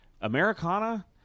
Americana